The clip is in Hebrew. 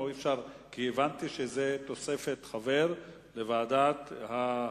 כי הבנתי שזה תוספת חבר לוועדת,